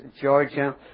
Georgia